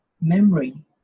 memory